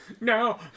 No